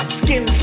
skin